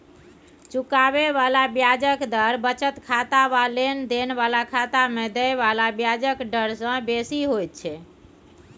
चुकाबे बला ब्याजक दर बचत खाता वा लेन देन बला खाता में देय बला ब्याजक डर से बेसी होइत छै